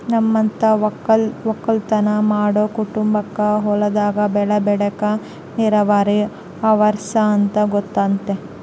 ನಮ್ಮಂತ ವಕ್ಕಲುತನ ಮಾಡೊ ಕುಟುಂಬಕ್ಕ ಹೊಲದಾಗ ಬೆಳೆ ಬೆಳೆಕ ನೀರಾವರಿ ಅವರ್ಸ ಅಂತ ಗೊತತೆ